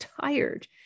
tired